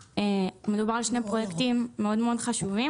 מדובר על שני פרויקטים מאוד מאוד חשובים